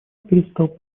перестал